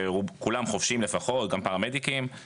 שכולם חובשים לפחות, גם פרמדיקים.